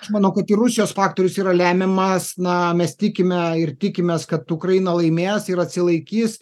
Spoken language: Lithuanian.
aš manau kad ir rusijos faktorius yra lemiamas na mes tikime ir tikimės kad ukraina laimės ir atsilaikys